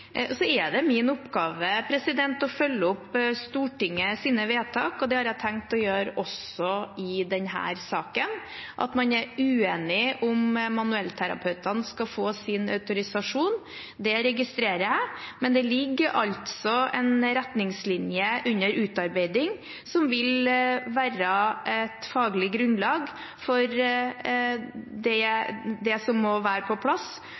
Så er det min oppgave å følge opp Stortingets vedtak, og det har jeg tenkt å gjøre også i denne saken. At man er uenige om manuellterapeutene skal få sin autorisasjon, registrerer jeg, men det ligger altså en retningslinje under utarbeiding som vil være et faglig grunnlag for det som må være på plass